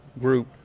group